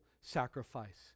sacrifice